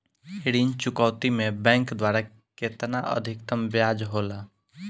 ऋण चुकौती में बैंक द्वारा केतना अधीक्तम ब्याज होला?